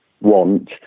want